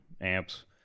amps